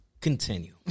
Continue